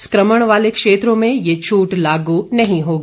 संक्रमण वाले क्षेत्रों में यह छूट लागू नहीं होगी